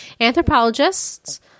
anthropologists